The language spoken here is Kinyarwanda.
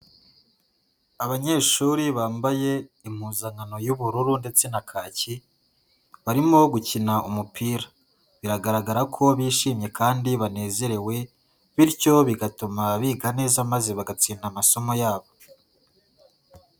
Abanyeshuri bambaye impuzankano y'ubururu ndetse na kaki, barimo gukina umupira biragaragara ko bishimye kandi banezerewe, bityo bigatuma biga neza maze bagatsinda amasomo yabo.